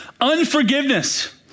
Unforgiveness